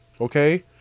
okay